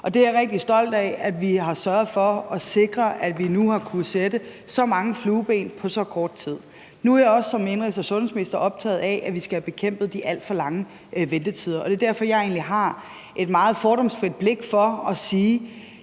og jeg er rigtig stolt af, at vi har sørget for at sikre, at vi har kunnet sætte så mange flueben på så kort tid. Nu er jeg som indenrigs- og sundhedsminister også optaget af, at vi skal have bekæmpet de alt for lange ventetider, og det er egentlig også derfor, jeg har et meget fordomsfrit blik i forhold til